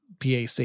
PAC